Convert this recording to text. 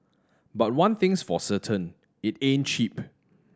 but one thing's for certain it ain't cheap